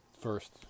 first